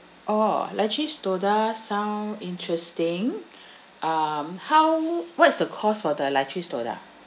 orh lychee soda sound interesting um how what's the cost for the lychee soda